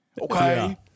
okay